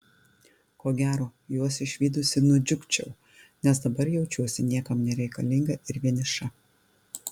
ko gero juos išvydusi nudžiugčiau nes dabar jaučiuosi niekam nereikalinga ir vieniša